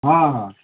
ହଁ ହଁ